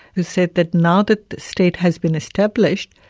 who said that now that the state has been established,